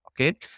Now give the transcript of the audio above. okay